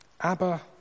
Abba